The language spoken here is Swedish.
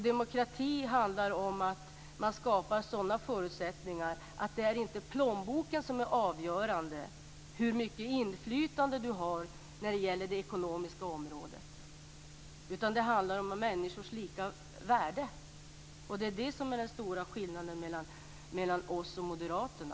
Demokrati handlar om att skapa förutsättningar för att det inte skall vara plånboken som skall vara avgörande för ditt inflytande på det ekonomiska området. Det handlar om människors lika värde, och det är den stora skillnaden mellan oss och moderaterna.